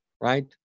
right